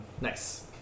nice